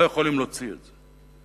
לא יכולים להוציא את זה.